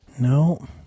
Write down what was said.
No